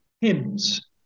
hymns